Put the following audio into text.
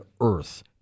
Earth